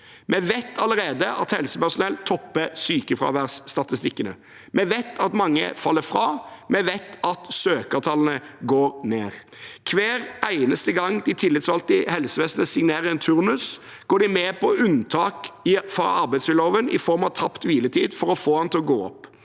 Vi vet allerede at helsepersonell topper sykefraværsstatistikkene, vi vet at mange faller fra, vi vet at søkertallene går ned. Hver eneste gang de tillitsvalgte i helsevesenet signerer en turnus, går de med på unntak fra arbeidsmiljøloven i form av tapt hviletid for å få den til å gå opp,